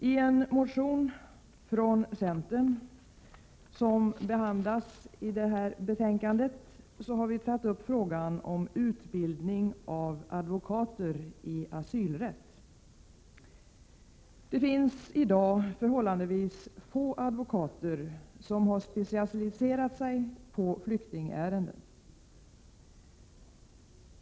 I en motion från centern, som behandlas i detta betänkande, har vi tagit upp frågan om utbildning av advokater i asylrätt. Det finns i dag förhållandevis få advokater som har specialiserat sig på flyktingärenden.